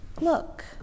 Look